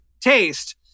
taste